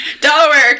Delaware